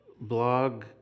blog